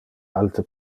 alte